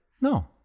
no